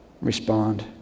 respond